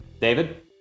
David